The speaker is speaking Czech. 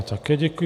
Také děkuji.